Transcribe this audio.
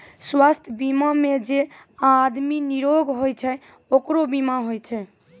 स्वास्थ बीमा मे जे आदमी निरोग होय छै ओकरे बीमा होय छै